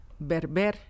berber